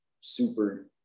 super